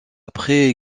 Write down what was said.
après